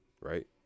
right